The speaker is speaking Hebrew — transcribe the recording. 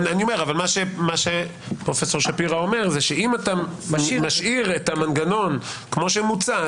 אבל מה שפרופ' שפירא אומר זה שאם אתה משאיר את המנגנון כמו שמוצע,